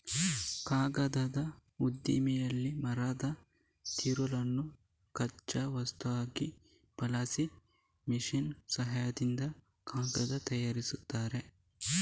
ಕಾಗದದ ಉದ್ದಿಮೆಯಲ್ಲಿ ಮರದ ತಿರುಳನ್ನು ಕಚ್ಚಾ ವಸ್ತುವನ್ನಾಗಿ ಬಳಸಿ ಮೆಷಿನ್ ಸಹಾಯದಿಂದ ಕಾಗದ ತಯಾರಿಸ್ತಾರೆ